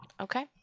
Okay